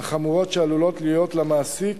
החמורות שעלולות להיות על המעסיק